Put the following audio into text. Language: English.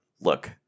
look